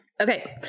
Okay